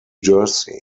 jersey